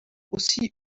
aussi